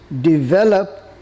develop